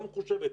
לא מחושבת,